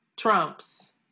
Trump's